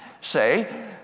Say